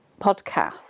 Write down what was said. podcast